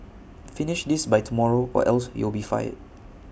finish this by tomorrow or else you'll be fired